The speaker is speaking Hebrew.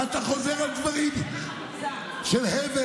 מה אתה חוזר על דברים של הבל?